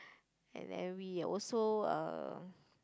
and every also uh